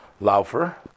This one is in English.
Laufer